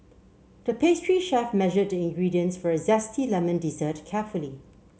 the pastry chef measured the ingredients for a zesty lemon dessert carefully